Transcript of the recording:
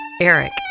eric